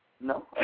No